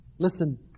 Listen